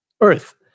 earth